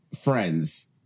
friends